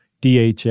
DHA